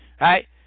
right